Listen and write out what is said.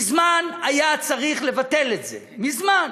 מזמן היה צריך לבטל את זה, מזמן.